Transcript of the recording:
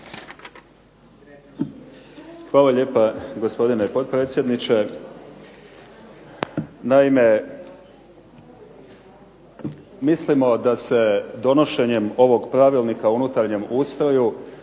Hvala lijepa gospodine potpredsjedniče. Naime, mislimo da se donošenjem ovog Pravilnika o unutarnjem ustroju